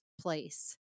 place